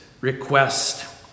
request